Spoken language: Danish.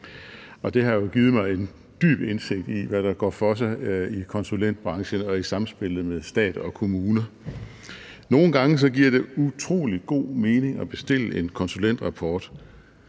det har jo givet mig en dyb indsigt i, hvordan det går for sig i konsulentbranchen, og i samspillet mellem stat og kommuner. Nogle gange giver det utrolig god mening at bestille en konsulentrapport.